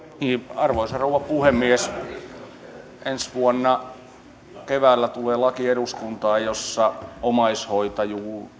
arvoisa rouva puhemies ensi vuonna keväällä eduskuntaan tulee laki jossa omaishoitajan